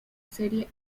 serie